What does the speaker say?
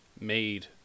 made